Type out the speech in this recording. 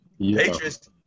Patriots